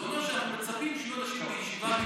וזה אומר שאנחנו מצפים שיהיו אנשים בישיבה,